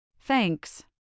Thanks